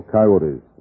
Coyotes